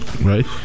Right